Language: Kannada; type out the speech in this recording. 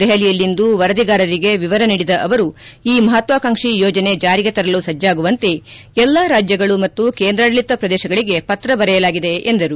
ದೆಹಲಿಯಲ್ಲಿಂದು ವರದಿಗಾರರಿಗೆ ವಿವರ ನೀಡಿದ ಅವರು ಈ ಮಹತ್ವಾಕಾಂಕ್ಷಿ ಯೋಜನೆ ಜಾರಿಗೆ ತರಲು ಸಜ್ಲಾಗುವಂತೆ ಎಲ್ಲಾ ರಾಜ್ಲಗಳು ಮತ್ತು ಕೇಂದ್ರಾಡಳಿತ ಪ್ರದೇಶಗಳಿಗೆ ಪತ್ರ ಬರೆಯಲಾಗಿದೆ ಎಂದರು